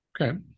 Okay